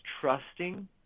trusting